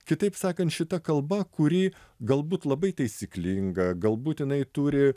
kitaip sakant šita kalba kuri galbūt labai taisyklinga galbūt jinai turi